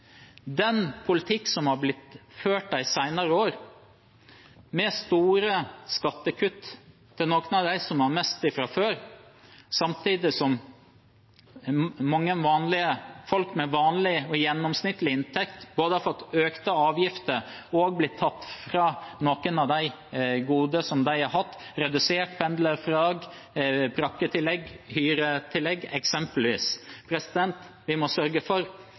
den politikken som har blitt ført de senere år, med store skattekutt til noen av dem som har mest fra før, har samtidig mange folk med vanlig og gjennomsnittlig inntekt både fått økte avgifter og blitt fratatt noen av de godene de har hatt, eksempelvis redusert pendlerfradrag, brakketillegg og hyretillegg. Istedenfor må vi sørge for